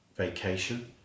vacation